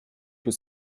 que